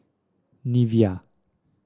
Nivea